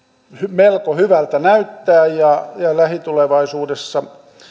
melko hyvältä näyttää ja lähitulevaisuudessa